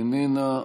איננה,